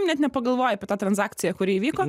net nepagalvoji apie tą transakciją kuri įvyko